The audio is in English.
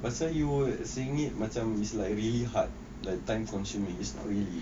pasal you were saying it macam is like really hard like time consuming is not really